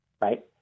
right